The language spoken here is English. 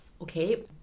Okay